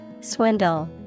Swindle